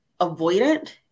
avoidant